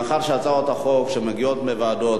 מאחר שהצעות החוק שמגיעות מהוועדות,